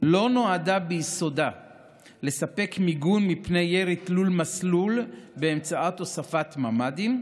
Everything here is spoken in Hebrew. לא נועדה ביסודה לספק מיגון מפני ירי תלול מסלול באמצעות הוספת ממ"דים,